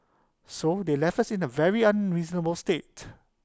so they left us in A very unreasonable state